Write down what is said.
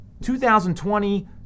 2020